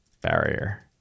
barrier